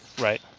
Right